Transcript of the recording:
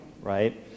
right